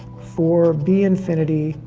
four b infinity,